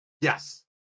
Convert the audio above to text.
Yes